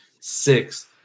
six